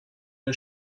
den